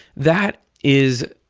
that is